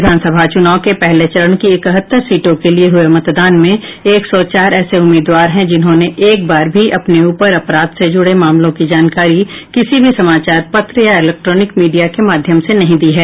विधानसभा चुनाव के पहले चरण की इकहत्तर सीटों के लिये हुये चुनाव में एक सौ चार ऐसे उम्मीदवार हैं जिन्होंने एक बार भी अपने ऊपर अपराध से जुड़े मामलों को जानकारी किसी भी समाचार पत्र या इलेक्ट्रोनिक मीडिया के माध्यम से नहीं दी है